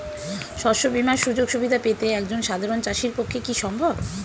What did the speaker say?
শস্য বীমার সুযোগ সুবিধা পেতে একজন সাধারন চাষির পক্ষে কি সম্ভব?